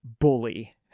bully